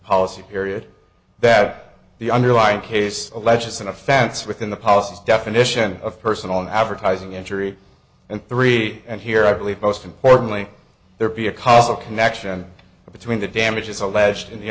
policy period that the underlying case alleges an offense within the policies definition of personal and advertising injury and three and here i believe most importantly there be a cause of connection between the damages alleged